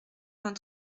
vingt